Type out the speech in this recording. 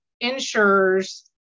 insurers